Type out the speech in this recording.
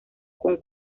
con